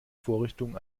vorrichtung